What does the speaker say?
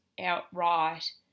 outright